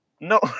No